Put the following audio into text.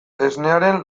esnearen